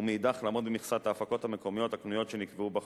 ומאידך לעמוד במכסת ההפקות המקומיות הקנויות שנקבעה בחוק,